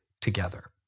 together